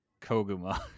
koguma